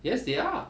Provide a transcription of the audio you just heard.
yes they are